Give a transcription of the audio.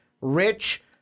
Rich